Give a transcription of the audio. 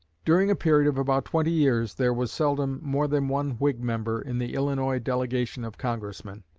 during a period of about twenty years there was seldom more than one whig member in the illinois delegation of congressmen.